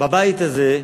בבית הזה,